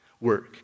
Work